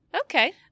Okay